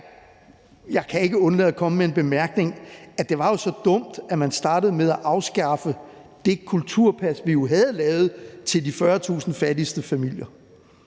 Jeg kan ikke undlade at komme med den bemærkning, at det jo var så dumt, at man startede med at afskaffe det kulturpas, vi havde lavet til de 40.000 fattigste familier